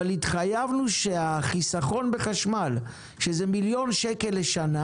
אבל התחייבנו שהחיסכון בחשמל שזה מיליון שקל לשנה